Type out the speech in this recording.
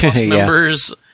members